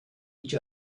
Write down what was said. each